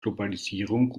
globalisierung